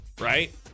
right